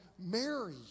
Mary